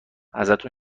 ازتون